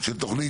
של תוכנית,